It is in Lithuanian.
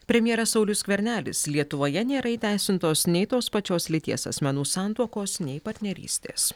premjeras saulius skvernelis lietuvoje nėra įteisintos nei tos pačios lyties asmenų santuokos nei partnerystės